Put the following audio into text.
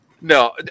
No